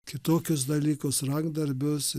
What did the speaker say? kitokius dalykus rankdarbius